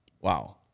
Wow